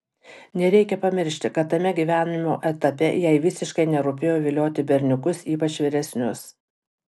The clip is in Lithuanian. nereikia pamiršti kad tame gyvenimo etape jai visiškai nerūpėjo vilioti berniukus ypač vyresnius